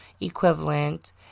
equivalent